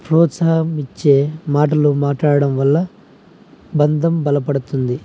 ప్రోత్సాహం ఇచ్చే మాటలు మాట్లాడడం వల్ల బంధం బలపడుతుంది